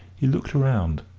he looked round,